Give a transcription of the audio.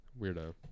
Weirdo